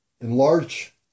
enlarge